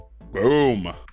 Boom